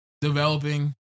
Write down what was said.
developing